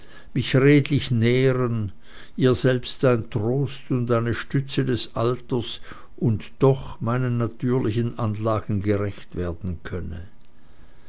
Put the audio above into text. mich redlich nähren ihr selbst ein trost und eine stütze des alters und doch meinen natürlichen anlagen gerecht werden könne